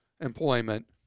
employment